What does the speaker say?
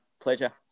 pleasure